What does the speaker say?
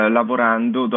lavorando